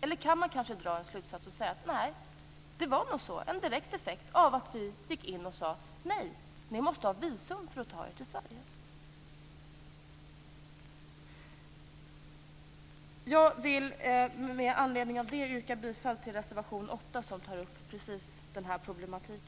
Alternativt kanske man kan dra slutsatsen att det nog var en direkt effekt av att vi gick in och sade: Nej, ni måste ha visum för att ta er till Sverige. Jag vill med anledning av det sagda yrka bifall till reservation 8, som tar upp denna problematik.